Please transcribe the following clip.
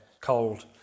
cold